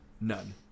None